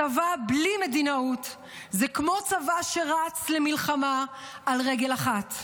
צבא בלי מדינאות הוא כמו צבא שרץ למלחמה על רגל אחת.